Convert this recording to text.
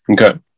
Okay